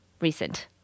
recent